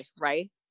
right